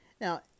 Now